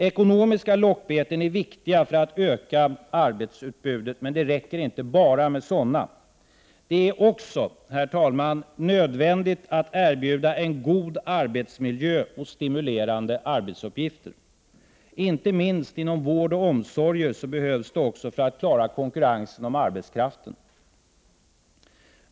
Ekonomiska lockbeten är viktiga för att öka arbetsutbudet, men det räcker inte med bara sådana. Det är också, herr talman, nödvändigt att erbjuda en god arbetsmiljö och stimulerande arbetsuppgifter. Inte minst inom vård och omsorger behövs det också för att klara konkurrensen om arbetskraften.